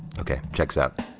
o kay, check's up.